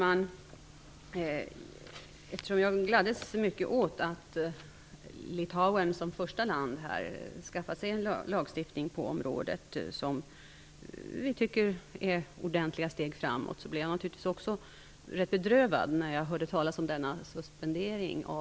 Fru talman! Jag gladdes mycket åt att Litauen var det första land som införde en lagstiftning på det här området, vilket var ett ordentligt steg framåt. Därför blev jag rätt bedrövad när jag hörde talas om denna suspendering.